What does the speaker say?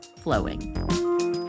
flowing